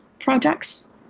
projects